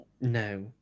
No